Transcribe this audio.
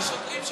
שוטרים,